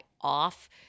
off